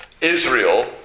Israel